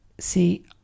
See